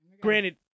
Granted